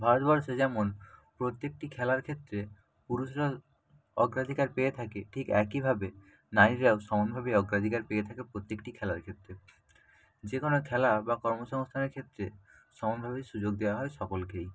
ভারতবর্ষে যেমন প্রত্যেকটি খেলার ক্ষেত্রে পুরুষরা অগ্রাধিকার পেয়ে থাকে ঠিক একইভাবে নারীরাও সমানভাবেই অগ্রাধিকার পেয়ে থাকে প্রত্যেকটি খেলার ক্ষেত্রে যে কোনো খেলা বা কর্ম সংস্থানের ক্ষেত্রে সমানভাবেই সুযোগ দেওয়া হয় সকলকেই